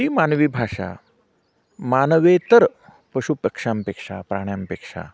ती मानवी भाषा मानवेतर पशुपक्ष्यांपेक्षा प्राण्यांपेक्षा